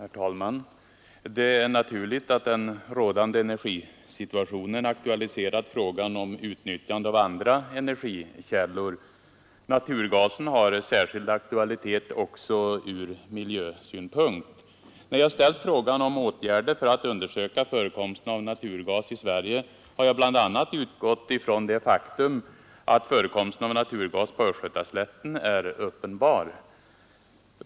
Herr talman! Det är naturligt att den rådande energisituationen aktualiserat frågan om utnyttjandet av andra energikällor. Naturgasen har särskild aktualitet också från miljösynpunkt. När jag ställt frågan har jag bl.a. utgått från det faktum att förekomsten av naturgas på Östgötaslätten är uppenbar.